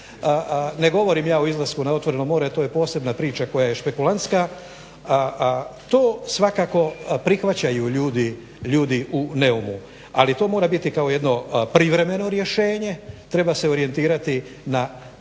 Ne govorim ja o izlasku na otvoreno more, to je posebna priča koja je špekulantska, to svakako prihvaćaju ljudi u Neumu, ali to mora biti kao jedno privremeno rješenje, treba se orijentirati na konačno